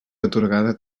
atorgada